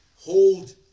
hold